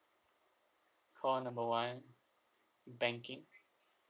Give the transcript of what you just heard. call number one banking